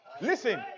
Listen